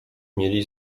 mieli